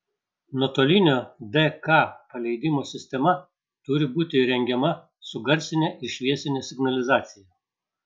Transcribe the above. nuotolinio dk paleidimo sistema turi būti įrengiama su garsine ir šviesine signalizacija